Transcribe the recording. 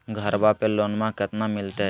घरबा पे लोनमा कतना मिलते?